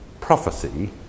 prophecy